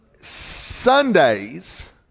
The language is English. Sundays